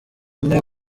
ane